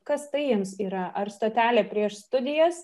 kas tai jiems yra ar stotelė prieš studijas